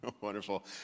Wonderful